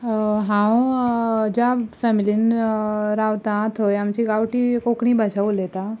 हांव ज्या फॅमिलीन रावता थंय आमची गांवठी कोंकणी भाशा उलयता